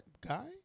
Guy